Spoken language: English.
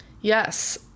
Yes